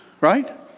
right